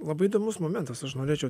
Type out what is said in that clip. labai įdomus momentas aš norėčiau